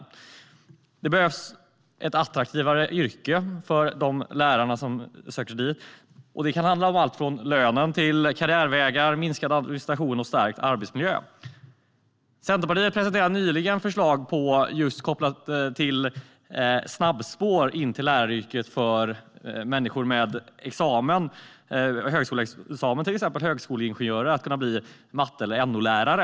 Yrket behöver göras mer attraktivt att söka sig till. Det kan handla om allt från lön och karriärvägar till minskad administration och stärkt arbetsmiljö. Centerpartiet presenterade nyligen förslag kopplade till snabbspår in i läraryrket för människor med högskoleexamen. Till exempel ska högskoleingenjörer kunna bli matte eller NO-lärare.